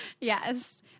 Yes